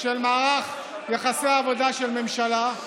של מערך יחסי העבודה של ממשלה.